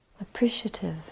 appreciative